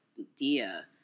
idea